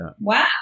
wow